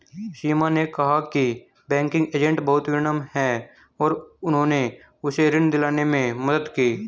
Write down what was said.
सीमा ने कहा कि बैंकिंग एजेंट बहुत विनम्र हैं और उन्होंने उसे ऋण दिलाने में मदद की